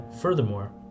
furthermore